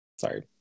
sorry